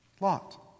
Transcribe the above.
Lot